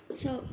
so